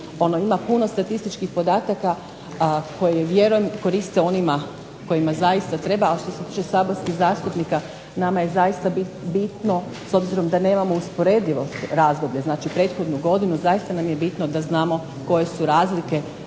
Ono ima puno statističkih podataka koje vjerujem koriste onima kojima zaista treba. Ali što se tiče saborskih zastupnika nama je zaista bitno s obzirom da nemamo usporedivost razdoblja, znači prethodnu godinu, zaista nam je bitno da znamo koje su razlike,